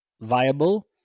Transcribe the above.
viable